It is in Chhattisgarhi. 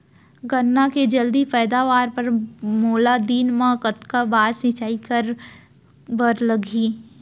गन्ना के जलदी पैदावार बर, मोला दिन मा कतका बार सिंचाई करे बर लागही?